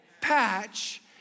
patch